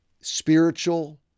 spiritual